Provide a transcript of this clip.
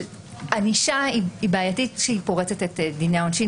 ענישה היא בעייתית כשהיא פורצת את דיני העונשין,